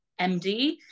MD